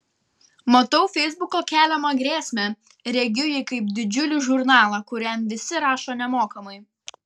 matau feisbuko keliamą grėsmę regiu jį kaip didžiulį žurnalą kuriam visi rašo nemokamai